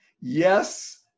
Yes